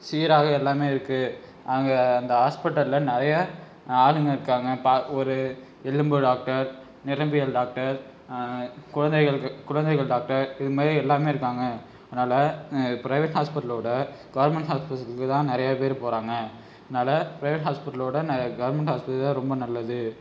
சீராக எல்லாமே இருக்குது அங்கே அந்த ஹாஸ்பிட்டலில் நிறைய ஆளுங்க இருக்காங்க ப ஒரு எலும்பு டாக்டர் நரம்பியல் டாக்டர் குழந்தைங்களுக்கு குழந்தைகள் டாக்டர் இது மாரி எல்லாமே இருக்காங்க அதனால் பிரைவேட் ஹாஸ்பிட்டலோட கவர்மெண்ட் ஹாஸ்பிடல்ஸுக்கு தான் நிறைய பேர் போறாங்க அதனால் பிரைவேட் ஹாஸ்பிட்டலோட நெ கவர்மெண்ட் ஹாஸ்பிட்டல் தான் ரொம்ப நல்லது